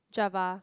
Java